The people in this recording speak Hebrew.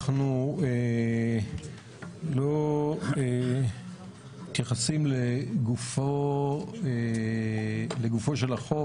אנחנו לא מתייחסים לגופו של החוק